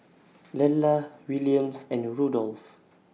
Lella Williams and Rudolph